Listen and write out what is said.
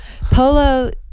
Polo